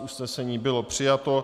Usnesení bylo přijato.